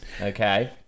Okay